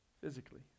Physically